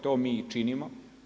To mi i činimo.